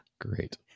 Great